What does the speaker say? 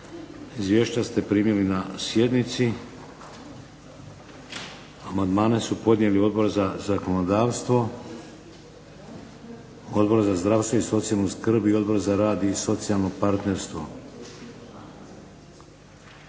Izvješća ste primili na sjednici. Amandmane su podnijeli Odbor za zakonodavstvo, Odbor za zdravstvo i socijalnu skrb i Odbor za rad i socijalno partnerstvo.